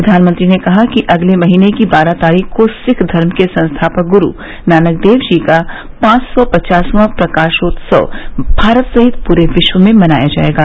प्रधानमंत्री ने कहा कि अगले महीने की बारह तारीख़ को सिख धर्म के संस्थापक गुरू नानक देव जी का पांच सौ पचासवा प्रकाशोत्सव भारत सहित पूरे विश्व में मनाया जायेगा